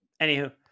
Anywho